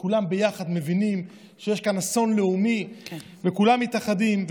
וכולם ביחד מבינים שיש כאן אסון לאומי וכולם מתאחדים.